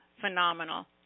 phenomenal